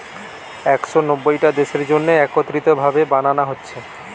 একশ নব্বইটা দেশের জন্যে একত্রিত ভাবে বানানা হচ্ছে